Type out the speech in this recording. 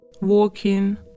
walking